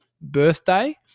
birthday